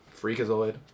Freakazoid